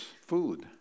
food